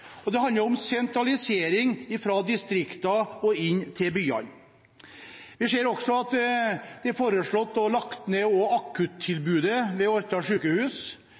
Det handler om sentralisering fra distriktene og inn til byene. Vi ser også at det er foreslått å legge ned akuttilbudet ved